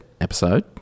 episode